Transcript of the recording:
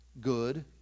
good